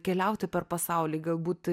keliauti per pasaulį galbūt